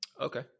Okay